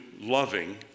loving